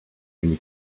many